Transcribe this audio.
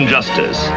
Justice